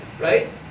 right